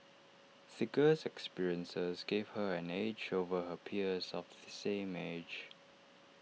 the girl's experiences gave her an edge over her peers of the same age